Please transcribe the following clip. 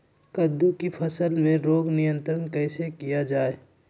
कददु की फसल में रोग नियंत्रण कैसे किया जाए?